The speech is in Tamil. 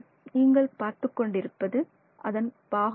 நீங்கள் பார்த்துக் கொண்டிருப்பது அதன் பாகங்களை